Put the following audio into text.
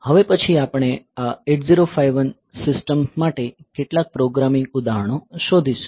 હવે પછી આપણે આ 8051 સિસ્ટમ્સ માટે કેટલાક પ્રોગ્રામિંગ ઉદાહરણો શોધીશું